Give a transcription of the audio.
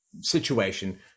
situation